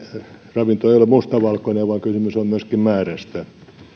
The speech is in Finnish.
ravinto ei ole mustavalkoinen vaan kysymys on myöskin määrästä